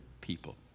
people